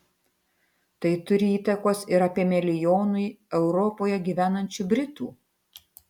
tai turi įtakos ir apie milijonui europoje gyvenančių britų